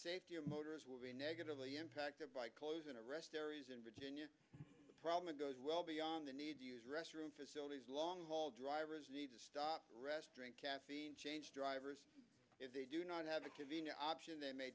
safety of voters will be negatively impacted by closing a rest areas in virginia the problem goes well beyond the need to use restroom facilities long haul drivers need to stop rest drink caffeine change drivers if they do not have a convenient option they may